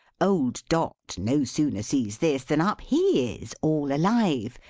old dot no sooner sees this, than up he is, all alive,